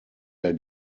der